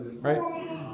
Right